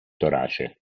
torace